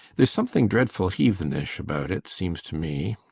there's something dreadful heathenish about it, seems to me.